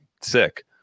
sick